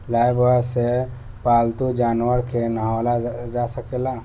Lifebuoy से पाल्तू जानवर के नेहावल जा सकेला